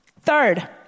Third